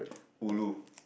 ulu